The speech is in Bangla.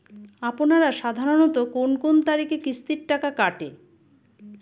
আপনারা সাধারণত কোন কোন তারিখে কিস্তির টাকা কাটে?